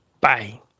Bye